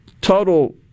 total